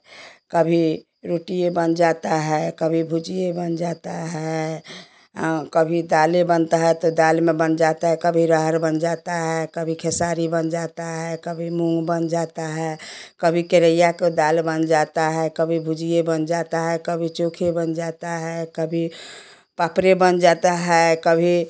कभी रोटिए बन जाता है कभी भुजिया बन जाता है कभी दाल बनता है तो दाल में बन जाता है कभी अरहर बन जाता है कभी खिचड़ी बन जाता है कभी मूँग बन जाता है कभी करैया का दाल बन जाता है कभी भुजिया बन जाता है कभी चोखा बन जाता है कभी पापड़ बन जाता है कभी